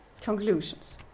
Conclusions